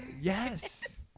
yes